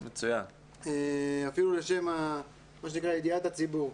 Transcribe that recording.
‏אפילו לשם ‏ידיעת הציבור.